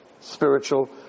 spiritual